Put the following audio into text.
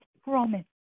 promise